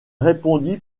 répondit